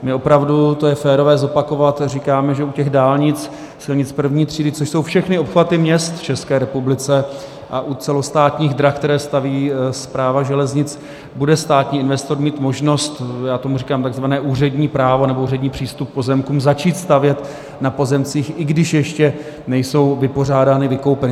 My opravdu to je férové zopakovat říkáme, že u dálnic, silnic I. třídy, což jsou všechny obchvaty měst v České republice, a u celostátních drah, které staví Správa železnic, bude státní investor mít možnost já tomu říkám tzv. úřední právo nebo územní přístup k pozemkům začít stavět na pozemcích, i když ještě nejsou vypořádány, vykoupeny.